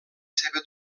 seva